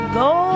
go